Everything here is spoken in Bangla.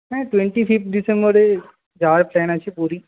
হ্যাঁ টোয়েন্টি ফিফথ ডিসেম্বরে যাওয়ার প্ল্যান আছে পুরী